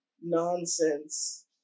nonsense